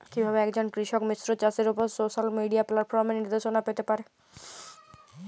কিভাবে একজন কৃষক মিশ্র চাষের উপর সোশ্যাল মিডিয়া প্ল্যাটফর্মে নির্দেশনা পেতে পারে?